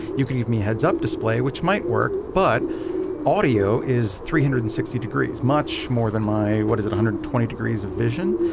you can give me a heads up display which might work but audio is three hundred and sixty degrees. much more than my what is it? one hundred and twenty degrees of vision?